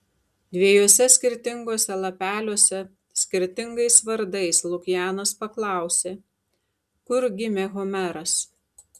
dviejuose skirtinguose lapeliuose skirtingais vardais lukianas paklausė kur gimė homeras